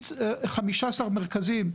15 מרכזיים,